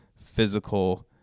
physical